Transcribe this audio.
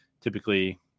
typically